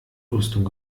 rüstung